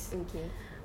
okay